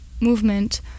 movement